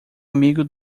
amigo